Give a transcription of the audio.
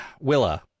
Willa